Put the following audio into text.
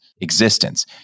existence